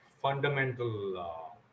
fundamental